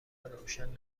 روشن